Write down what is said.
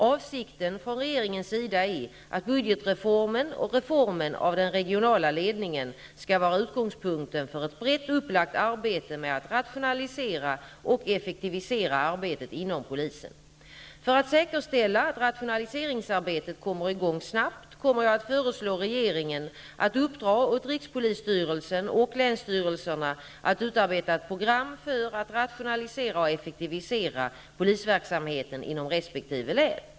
Avsikten från regeringens sida är att budgetreformen och reformen av den regionala ledningen skall vara utgångspunkten för ett brett upplagt arbete med att rationalisera och effektivisera arbetet inom polisen. För att säkerställa att rationaliseringsarbetet kommer i gång snabbt kommer jag att föreslå regeringen att uppdra åt rikspolisstyrelsen och länsstyrelserna att utarbeta ett program för att rationalisera och effektivisera polisverksamheten inom resp. län.